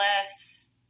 less